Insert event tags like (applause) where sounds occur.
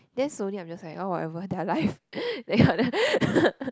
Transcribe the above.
then slowly I'm just like oh whatever their lives (breath) that kind of thing (laughs)